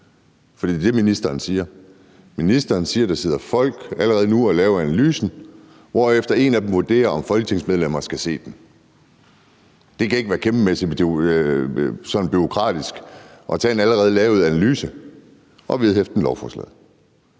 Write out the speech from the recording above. for det er det, ministeren siger. Ministeren siger, at der sidder folk allerede nu og laver analysen, hvorefter en af dem vurderer, om folketingsmedlemmerne skal se den. Det kan ikke være kæmpemæssigt bureaukratisk at tage en allerede lavet analyse og vedhæfte den lovforslaget.